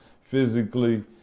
physically